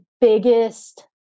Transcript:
biggest